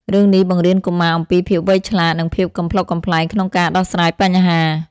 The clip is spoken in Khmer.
រឿងនេះបង្រៀនកុមារអំពីភាពវៃឆ្លាត និងភាពកំប្លុកកំប្លែងក្នុងការដោះស្រាយបញ្ហា។